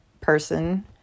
person